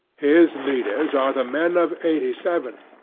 his leaders are the men of eighty seven.